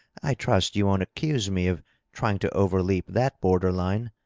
i trust you won't accuse me of trying to overleap that border-line.